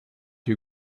you